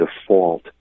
default